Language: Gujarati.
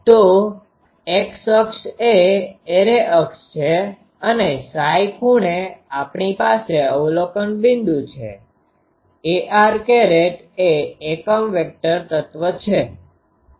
તો X અક્ષ એ એરે અક્ષ છે અને Ψ ખૂણે આપણી પાસે અવલોકન બિંદુ છે ar એ એકમ વેક્ટર તત્વ છે